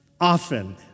often